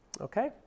Okay